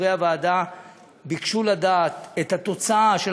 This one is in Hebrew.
חברי הוועדה ביקשו לדעת את התוצאה של